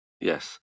Yes